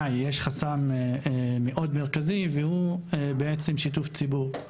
יש חסם מאוד מרכזי והוא בעצם שיתוף ציבור,